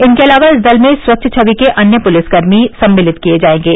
इनके अलावा इस दल में स्वच्छ छवि के अन्य पुलिस कर्मी सम्मिलित किये जायेंगे